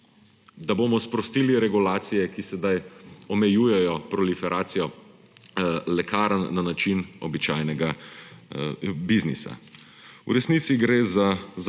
da bomo sprostili regulacije, ki sedaj omejujejo proliferacijo lekarn na način običajnega biznisa. V resnici gre za